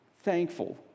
thankful